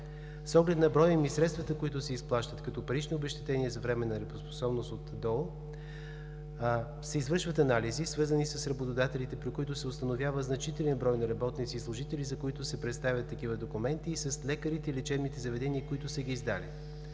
С оглед на броя и средствата, които се изплащат като парични обезщетения за временна неработоспособност от ДОО, се извършват анализи, свързани с работодателите, при които се установява значителен брой на работници и служители, за които се представят такива документи, с лекарите и лечебните заведения, които са ги издали.